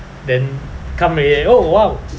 then come already oh !wow!